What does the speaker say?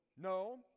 no